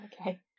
Okay